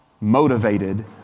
motivated